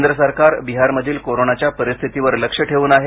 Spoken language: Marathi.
केंद्र सरकार बिहार मधील कोरोनाच्या परिस्थितीवर लक्ष ठेवून आहे